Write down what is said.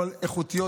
אבל איכותיות,